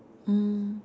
mm